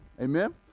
Amen